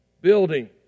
building